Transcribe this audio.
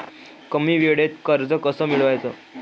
कमी वेळचं कर्ज कस मिळवाचं?